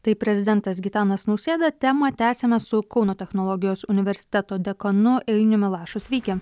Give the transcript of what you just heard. tai prezidentas gitanas nausėda temą tęsiame su kauno technologijos universiteto dekanu ainiumi lašu sveiki